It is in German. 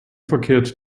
verkehrt